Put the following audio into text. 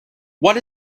what